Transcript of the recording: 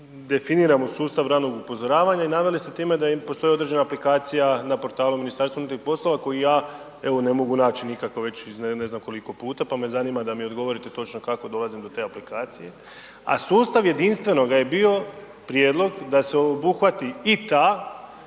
definiramo sustav ranog upozoravanja i naveli ste time da postoji određena aplikacija na portalu Ministarstva unutarnjih poslova koju ja evo ne mogu naći nikako već iz ne znam koliko puta, pa me zanima da mi odgovorite točno kako dolazim do te aplikacije? A sustav jedinstvenoga je bio prijedlog da se obuhvati i ta